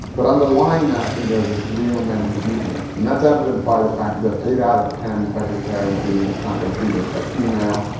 but underlying that, i think there's this real men eat meat myth, and that's evident by the fact that eight out of ten vegetarians, vegans, plant-based eaters, are female.